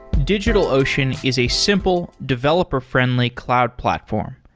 digitalocean is a simple, developer friendly cloud platform.